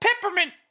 peppermint